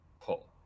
pull